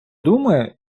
думаю